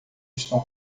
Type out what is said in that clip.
estão